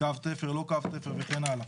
קו תפר, לא קו תפר וכן הלאה,